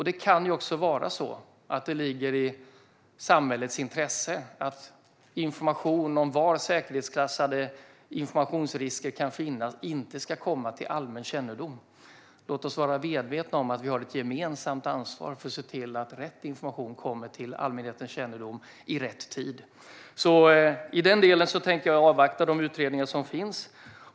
Det kan också vara så att det ligger i samhällets intresse att information om var säkerhetsklassade informationsrisker kan finnas inte ska komma till allmän kännedom. Låt oss vara medvetna om att vi har ett gemensamt ansvar för att se till att rätt information kommer till allmänhetens kännedom i rätt tid. I den delen tänkte jag avvakta de utredningar som finns.